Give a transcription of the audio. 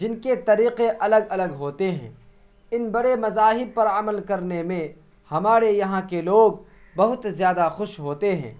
جب کے طریقے الگ الگ ہوتے ہیں ان بڑے مذاہب پر عمل کرنے میں ہمارے یہاں کے لوگ بہت زیادہ خوش ہوتے ہیں